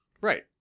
right